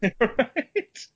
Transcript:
Right